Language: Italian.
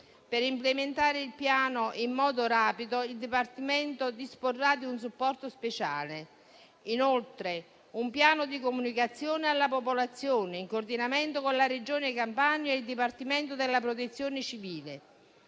Per implementare il piano in modo rapido il Dipartimento disporrà di un supporto speciale. Inoltre, un piano di comunicazione alla popolazione, in coordinamento con la Regione Campania e il Dipartimento della protezione civile,